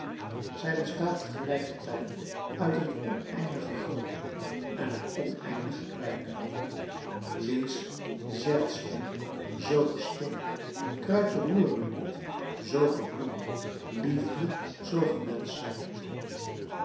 zij bestaat tegelijkertijd uit het oneindige groote en het oneindige kleine wees zeilsteen zoo ge steen kruidje roer mij niet zoo ge bloem liefde zoo